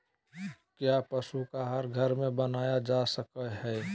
क्या पशु का आहार घर में बनाया जा सकय हैय?